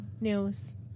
news